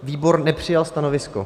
Výbor nepřijal stanovisko.